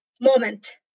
moment